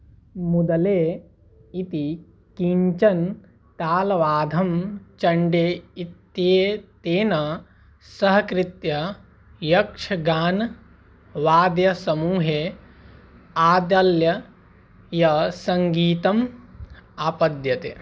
मद्दळे इति किञ्चन तालवाद्यं चण्डे इत्येतेन सह कृत्य यक्षगानवाद्यसमूहे आद्यलयसङ्गतिम् आपद्यते